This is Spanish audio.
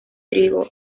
trigo